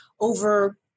over